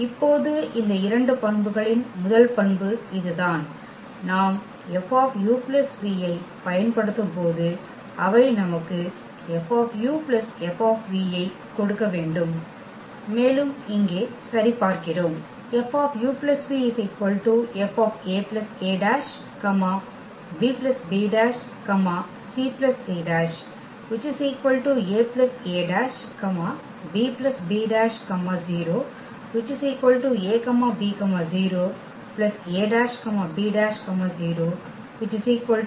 இப்போது இந்த இரண்டு பண்புகளின் முதல் பண்பு இதுதான் நாம் F u v ஐப் பயன்படுத்தும்போது அவை நமக்கு F F ஐக் கொடுக்க வேண்டும் மேலும் இங்கே சரிபார்க்கிறோம்